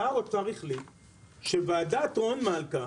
שר האוצר החליט שוועדת רון מלכא,